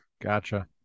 Gotcha